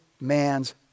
man's